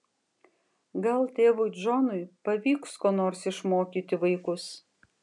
gal tėvui džonui pavyks ko nors išmokyti vaikus